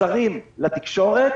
מסרים לתקשורת